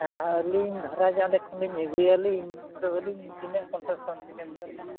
ᱦᱮᱸ ᱟᱹᱞᱤᱧ ᱫᱷᱚᱨᱮ ᱡᱮ ᱚᱸᱰᱮ ᱠᱷᱚᱱ ᱞᱤᱧ ᱟᱹᱜᱩᱭᱟᱞᱤᱧ ᱱᱤᱛᱚᱜ ᱫᱚᱞᱤᱧ ᱛᱤᱱᱟᱹᱜ ᱠᱚᱱᱥᱥᱮᱥᱚᱱ ᱵᱤᱱ ᱮᱢ ᱧᱚᱜ ᱟᱹᱞᱤᱧᱟ